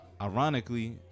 ironically